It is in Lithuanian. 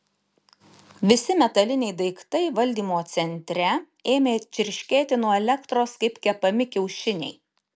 visi metaliniai daiktai valdymo centre ėmė čirškėti nuo elektros kaip kepami kiaušiniai